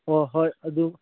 ꯑꯣ ꯍꯣꯏ ꯑꯗꯨ